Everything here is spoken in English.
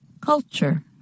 Culture